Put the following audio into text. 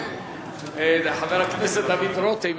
חבר הכנסת דוד רותם,